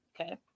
okay